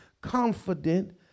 confident